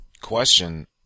question